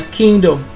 kingdom